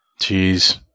Jeez